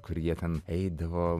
kur jie ten eidavo